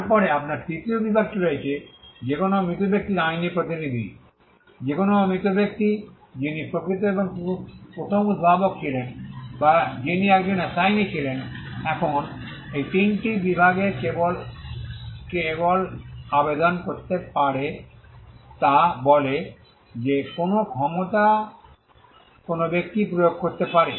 তারপরে আপনার তৃতীয় বিভাগটি রয়েছে যে কোনও মৃত ব্যক্তির আইনী প্রতিনিধি যে কোনও মৃত ব্যক্তি যিনি প্রকৃত এবং প্রথম উদ্ভাবক ছিলেন বা যিনি একজন অ্যাসিনি ছিলেন এখন এই তিনটি বিভাগেই কেবল কে আবেদন করতে পারে তা বলে কোন ক্ষমতা কোন ব্যক্তি প্রয়োগ করতে পারে